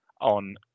on